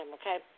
okay